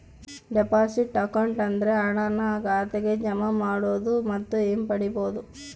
deposit account ಅಂದ್ರೆ ಹಣನ ಖಾತೆಗೆ ಜಮಾ ಮಾಡೋದು ಮತ್ತು ಹಿಂಪಡಿಬೋದು